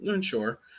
Sure